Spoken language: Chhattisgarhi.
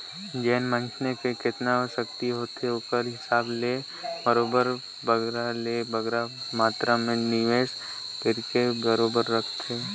जेन मइनसे कर जेतना सक्ति होथे ओकर हिसाब ले बरोबेर बगरा ले बगरा मातरा में निवेस कइरके बरोबेर राखथे